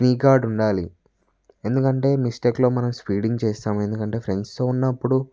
నీ గార్డు ఉండాలి ఎందుకంటే మిస్టేక్లో మనం స్పీడింగ్ చేస్తాం ఎందుకంటే ఫ్రెండ్స్తో ఉన్నప్పుడు